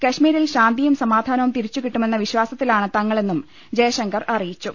കശ്മീരിൽ ശാന്തിയും സമാധാനവും തിരിച്ചുകിട്ടുമെന്ന വിശാസത്തിലാണ് തങ്ങളെന്നും ജയശങ്കർ അറിയിച്ചു